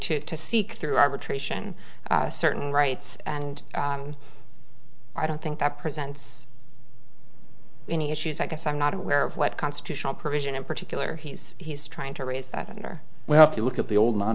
to to seek through arbitration certain rights and i don't think that presents any issues i guess i'm not aware of what constitutional provision in particular he's he's trying to raise that are we have to look at the old